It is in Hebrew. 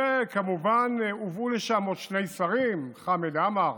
וכמובן הובאו לשם עוד שני שרים, חמד עמאר